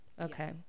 Okay